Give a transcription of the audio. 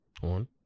One